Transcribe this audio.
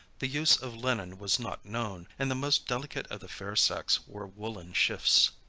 the use of linen was not known and the most delicate of the fair sex wore woollen shifts.